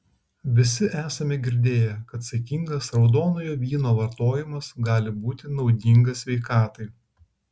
visi esame girdėję kad saikingas raudonojo vyno vartojimas gali būti naudingas sveikatai